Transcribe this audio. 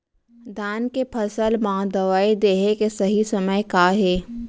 धान के फसल मा दवई देहे के सही समय का हे?